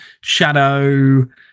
shadow